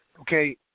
Okay